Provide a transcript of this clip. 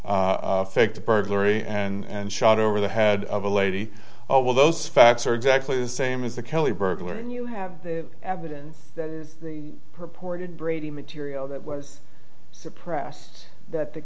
faked a burglary and shot over the head of a lady oh well those facts are exactly the same as the kelly burglar and you have evidence that is the purported brady material that was suppressed that the